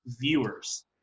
viewers